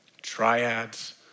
Triads